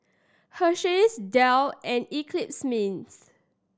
Hersheys Dell and Eclipse Mints